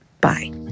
Bye